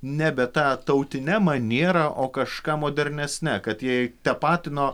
nebe ta tautine maniera o kažką modernesne kad jai tapatino